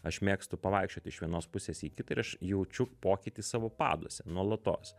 aš mėgstu pavaikščiot iš vienos pusės į kitą ir aš jaučiu pokytį savo paduose nuolatos